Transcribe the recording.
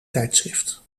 tijdschrift